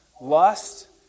Lust